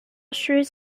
shrews